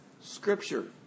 Scripture